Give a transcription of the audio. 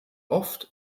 oft